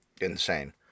insane